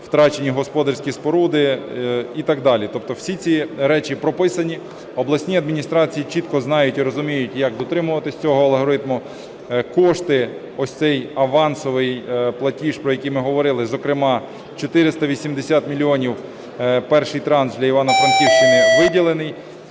втрачені господарські споруди і так далі. Тобто всі ці речі прописані. Обласні адміністрації чітко знають і розуміють, як дотримуватись цього алгоритму. Кошти, ось цей авансовий платіж, про який ми говорили, зокрема 480 мільйонів, перший транш, для Івано-Франківщини виділений.